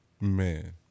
Man